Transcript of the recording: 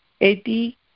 Eti